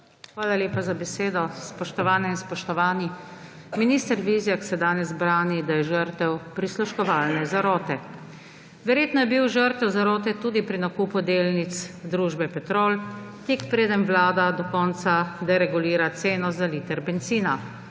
Hvala lepa za besedo. Spoštovane in spoštovani! Minister Vizjak se danes brani, da je žrtev prisluškovalne zarote. Verjetno je bil žrtev zarote tudi pri nakupu delnic družbe Petrol, tik preden je Vlada do konca deregulira ceno za liter bencina: